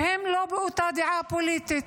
שהם לא באותה דעה פוליטית.